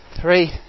Three